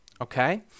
Okay